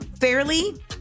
Fairly